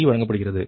3 வழங்கப்படுகிறது